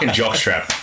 jockstrap